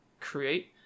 create